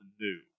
new